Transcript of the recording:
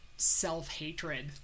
self-hatred